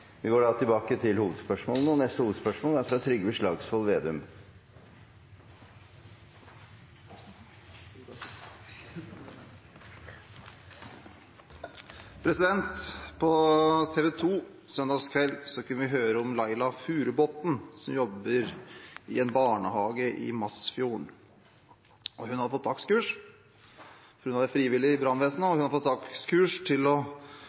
Vi går videre til neste hovedspørsmål. På TV 2 søndag kveld kunne vi høre om Laila Furubotn, som jobber i en barnehage i Masfjorden. Hun er frivillig i brannvesenet, og hun hadde fått dagskurs for å